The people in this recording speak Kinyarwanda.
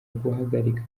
guhagarika